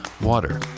water